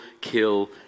kill